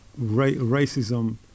racism